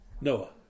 Noah